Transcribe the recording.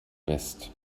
west